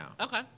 Okay